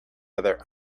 other